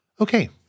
Okay